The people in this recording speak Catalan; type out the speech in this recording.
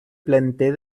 planter